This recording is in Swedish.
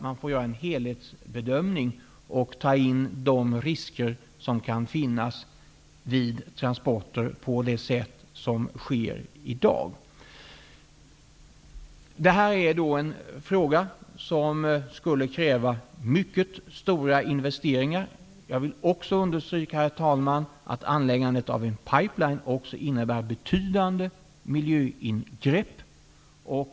Man får göra en helhetsbedömning och ta med de risker som kan finnas vid transporter på det sätt som sker i dag. Det här är en fråga som skulle kräva mycket stora investeringar. Jag vill också understryka, herr talman, att anläggandet av en pipeline innebär betydande miljöingrepp.